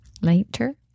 Later